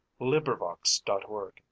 LibriVox.org